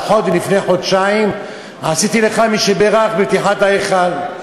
לפני פחות מחודשיים עשיתי לך "מי שבירך" בפתיחת ההיכל,